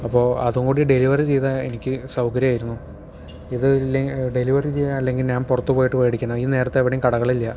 അപ്പോൾ അതുംകൂടി ഡെലിവറി ചെയ്താൽ എനിക്ക് സൗകര്യമായിരുന്നു ഇത് ഇല്ലെങ്കിൽ ഡെലിവറി ചെയ്യാം അല്ലെങ്കിൽ ഞാൻ പുറത്തു പോയിട്ട് മേടിക്കണം ഈ നേരത്ത് എവിടെയും കടകളില്ല